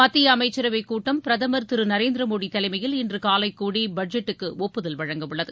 மத்திய அமைச்சரவை கூட்டம் பிரதமர் நரேந்திர மோடி தலைமையில் இன்று காலை கூடி பட்ஜெட்டுக்கு ஒப்புதல் வழங்க உள்ளது